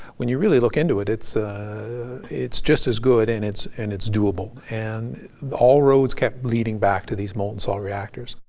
when you really look into it, it's it's just as good and it's and it's doable. and all roads kept leading back to these molten salt reactors.